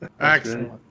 Excellent